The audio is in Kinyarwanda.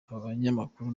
abanyamakuru